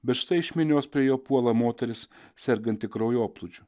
bet štai iš minios prie jo puola moteris serganti kraujoplūdžiu